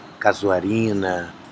Casuarina